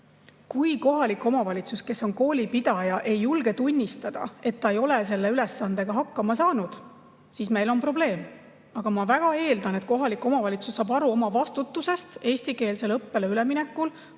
Kui kohalik omavalitsus, kes on koolipidaja, ei julge tunnistada, et ta ei ole selle ülesandega hakkama saanud, siis on meil probleem. Ma väga eeldan, et kohalik omavalitsus saab aru oma vastutusest koolipidajana eestikeelsele õppele üleminekul,